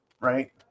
right